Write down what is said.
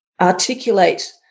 articulate